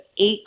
eight